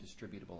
distributable